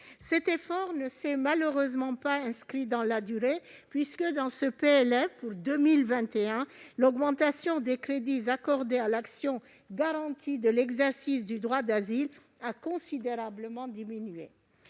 Cet effort ne s'est malheureusement pas inscrit dans la durée, puisque, dans ce PLF pour 2021, l'augmentation des crédits accordés à l'action n° 02, Garantie de l'exercice du droit d'asile, a considérablement diminué.